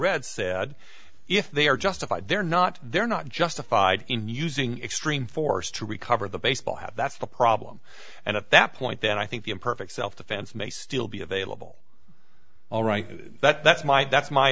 read said if they are justified they're not they're not justified in using extreme force to recover the baseball hat that's the problem and at that point then i think the imperfect self defense may still be available all right that that's my that's my